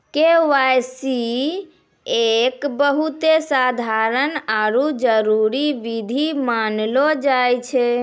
KYC एक बहुते साधारण आरु जरूरी विधि मानलो जाय छै